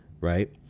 right